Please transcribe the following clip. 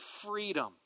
freedom